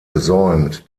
gesäumt